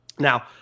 Now